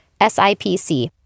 SIPC